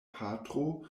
patro